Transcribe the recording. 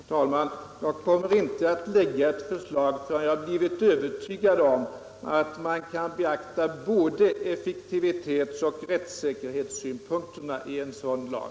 Herr talman! Jag kommer inte att lägga ett förslag förrän jag har blivit övertygad om att man kan beakta både effektivitetsoch rättssäkerhetssynpunkterna i en sådan lag.